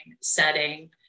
setting